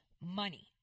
money